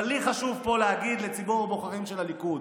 אבל לי חשוב פה להגיד לציבור הבוחרים של הליכוד: